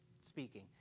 speaking